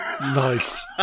Nice